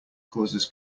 causes